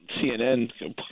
CNN